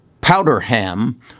Powderham